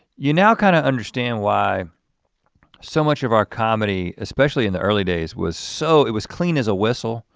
you now kind of understand why so much of our comedy, especially in the early days was so it was clean as a whistle.